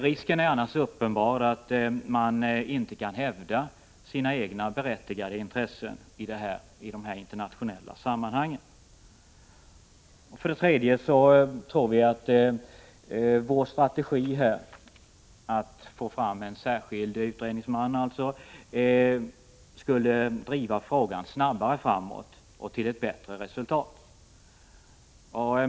Risken är annars uppenbar att man inte kan hävda sina egna berättigade intressen i de internationella sammanhangen. För det tredje tror vi att vår strategi att få fram en särskild utredningsman skulle driva frågan snabbare framåt och leda till ett bättre resultat.